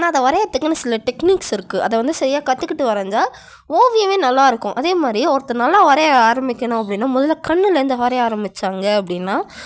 ஆனால் அதை வரைகிறதுக்குனு சில டெக்னிக்ஸ் இருக்குது அதை வந்து சரியாக கற்றுக்கிட்டு வரைஞ்சா ஓவியமே நல்லாயிருக்கும் அதே மாதிரி ஒருத்தர் நல்லா வரைய ஆரம்பிக்கணும் அப்படினா முதலில் கண்ணுலேருந்து வரைய ஆரம்பித்தாங்க அப்படினா